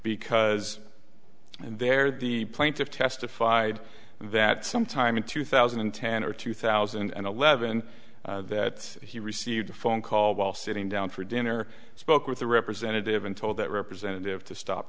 because they're the plaintiff testified that sometime in two thousand and ten or two thousand and eleven that he received a phone call while sitting down for dinner spoke with a representative and told that representative to stop